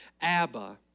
Abba